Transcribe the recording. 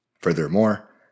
Furthermore